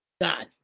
God